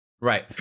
Right